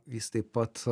jis taip pat